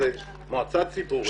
זאת מועצה ציבורית.